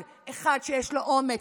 אחד, אחד שיש לו אומץ.